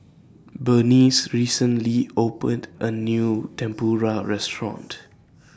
Berniece recently opened A New Tempura Restaurant